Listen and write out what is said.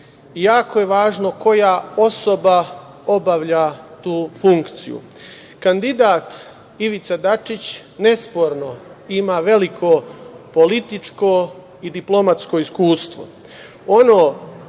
jako je važno koja osoba obavlja tu funkciju. Kandidat Ivica Dačić nesporno ima veliko političko i diplomatsko iskustvo.